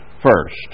first